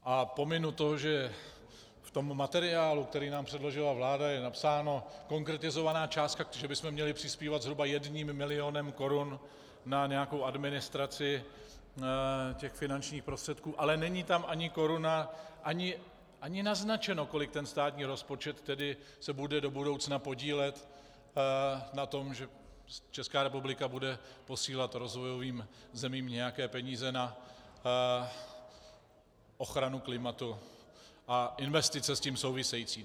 A pominu to, že v materiálu, který nám předložila vláda, je napsána konkretizovaná částka, že bychom měli přispívat zhruba jedním milionem korun na nějakou administraci těch finančních prostředků, ale není tam ani koruna, ani naznačeno, kolik a jak se státní rozpočet bude do budoucna podílet na tom, že Česká republika bude posílat rozvojovým zemím nějaké peníze na ochranu klimatu a investice s tím související.